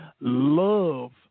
love